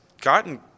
gotten